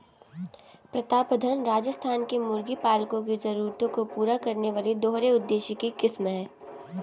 प्रतापधन राजस्थान के मुर्गी पालकों की जरूरतों को पूरा करने वाली दोहरे उद्देश्य की किस्म है